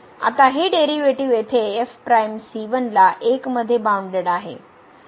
आता हे डेरिव्हेटिव्ह येथे एफ प्राइम c1 ला 1 मध्ये बाउनडेड आहे